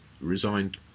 resigned